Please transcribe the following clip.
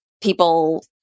people